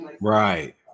Right